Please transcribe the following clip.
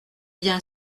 bien